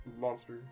Monster